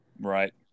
Right